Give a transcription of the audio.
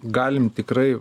galim tikrai